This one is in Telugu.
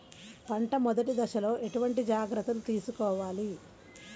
పంట మెదటి దశలో ఎటువంటి జాగ్రత్తలు తీసుకోవాలి?